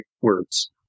words